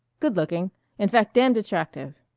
good-looking in fact damned attractive.